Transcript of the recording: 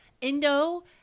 Indo